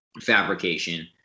fabrication